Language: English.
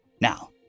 Now